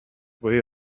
way